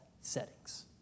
settings